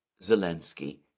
Zelensky